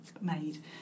made